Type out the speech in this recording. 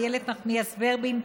איילת נחמיאס ורבין,